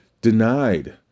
denied